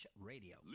radio